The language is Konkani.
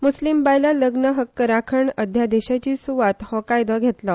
मुस्लीम बायला लग्न हक्क राखण अध्यादेशाची सुवात हो कायदो घेतलो